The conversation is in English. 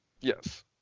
Yes